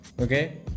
okay